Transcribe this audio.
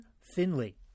Finley